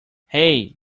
hey